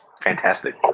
fantastic